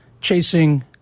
chasing